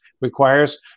requires